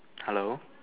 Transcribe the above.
hello